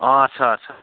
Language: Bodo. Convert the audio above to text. अ आच्चा आच्चा